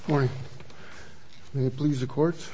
for me please the court